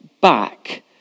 back